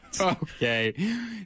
Okay